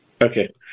Okay